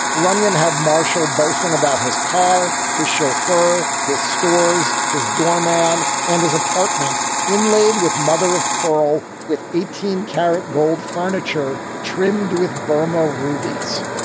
runyon had marshall boasting about his car, his chauffeur, his stores, his doorman and his apartment inlaid with mother of pearl with eighteen karat gold furniture trimmed with burma rubies.